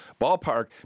ballpark